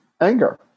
anger